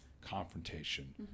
confrontation